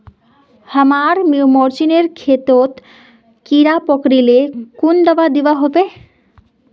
हमार मिर्चन खेतोत कीड़ा पकरिले कुन दाबा दुआहोबे?